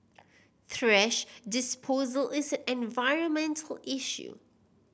thrash disposal is an environmental issue